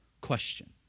question